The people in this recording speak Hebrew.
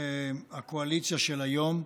הקואליציה של היום,